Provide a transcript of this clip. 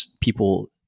people